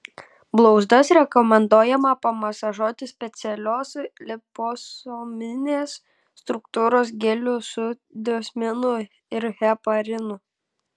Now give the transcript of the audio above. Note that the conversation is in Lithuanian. blauzdas rekomenduojama pamasažuoti specialios liposominės struktūros geliu su diosminu ir heparinu